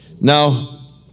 Now